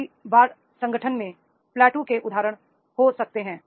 कई बार संगठन में प्लेटो के उदाहरण हो सकते हैं